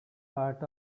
part